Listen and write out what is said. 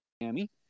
Miami